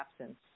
absence